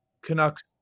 canucks